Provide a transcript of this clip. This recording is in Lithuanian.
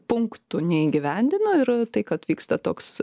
punktų neįgyvendino ir tai kad vyksta toks